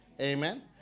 Amen